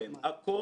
אני ממליץ